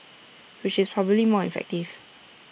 which is probably more effective